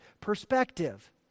perspective